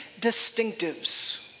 distinctives